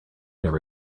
never